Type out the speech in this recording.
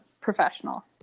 professional